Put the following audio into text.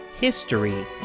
History